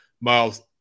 miles